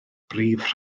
brif